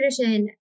tradition